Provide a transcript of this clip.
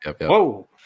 whoa